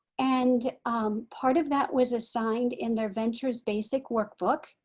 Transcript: and um part of that was assigned in their ventures basic workbook.